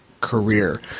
career